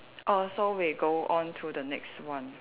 err so we go on to the next one